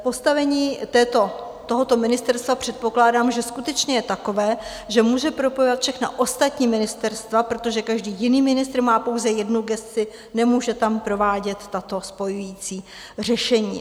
Postavení tohoto ministerstva, předpokládám, že skutečně je takové, že může propojovat všechna ostatní ministerstva, protože každý jiný ministr má pouze jednu gesci, nemůže tam provádět tato spojující řešení.